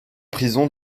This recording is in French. prison